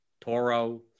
Toro